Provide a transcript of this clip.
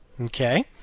Okay